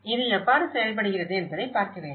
இது எவ்வாறு செயல்படுகிறது என்பதைப் பார்க்க வேண்டும்